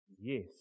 Yes